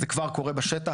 זה כבר קורה בשטח,